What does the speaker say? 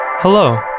Hello